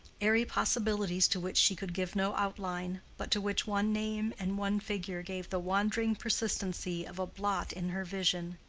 airy possibilities to which she could give no outline, but to which one name and one figure gave the wandering persistency of a blot in her vision.